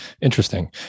Interesting